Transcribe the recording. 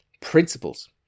principles